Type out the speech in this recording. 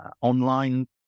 online